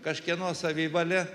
kažkieno savivalė